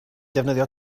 defnyddio